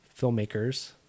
filmmakers